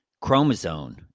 chromosome